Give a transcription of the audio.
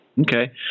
Okay